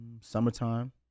summertime